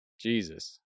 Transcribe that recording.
Jesus